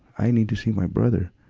i need to see my brother.